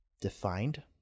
defined